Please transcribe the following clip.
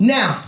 Now